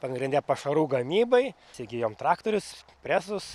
pagrinde pašarų gamybai įsigijom traktorius presus